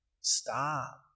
Stop